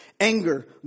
anger